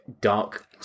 dark